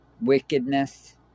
Wickedness